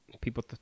People